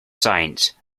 science